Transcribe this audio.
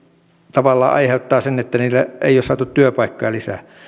tavallaan aiheuttaa sen että ei ole saatu työpaikkoja lisää